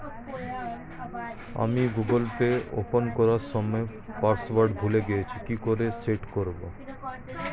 আমি Google Pay open করার সময় পাসওয়ার্ড ভুলে গেছি কি করে সেট করব?